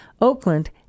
Oakland